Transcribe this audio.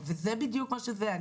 וזה בדיוק מה שזה.